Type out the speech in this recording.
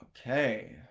Okay